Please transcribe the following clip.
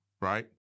right